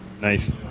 Nice